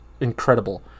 incredible